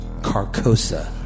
Carcosa